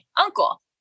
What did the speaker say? uncle